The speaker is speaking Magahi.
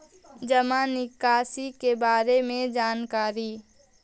जामा निकासी के बारे में जानकारी?